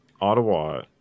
Ottawa